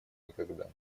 никогда